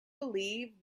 believe